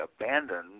abandoned